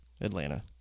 Atlanta